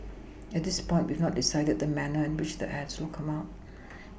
at this point we've not decided the manner in which the ads will come out